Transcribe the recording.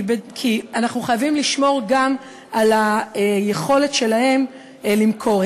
כי אנחנו חייבים לשמור גם על היכולת שלהם למכור.